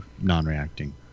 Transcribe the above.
non-reacting